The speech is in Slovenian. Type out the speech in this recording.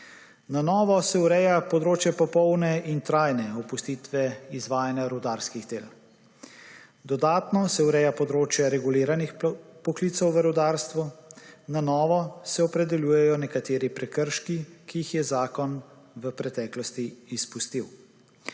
Na novo se ureja področje popolne in trajne opustitve izvajanja rudarskih del. Dodatno se ureja področje reguliranih poklicev v rudarstvu. Na novo se opredeljujejo nekateri prekrški, ki jih je zakon v preteklosti izpustil.